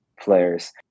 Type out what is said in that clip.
players